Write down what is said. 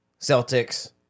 Celtics